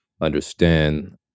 understand